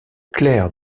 clerc